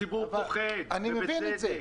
הציבור פוחד ובצדק.